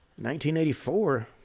1984